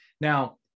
Now